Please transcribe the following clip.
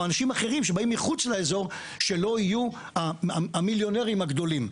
או אנשים אחרים שבאים מחוץ לאזור שלא יהיו המיליונרים הגדולים.